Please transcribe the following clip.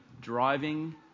driving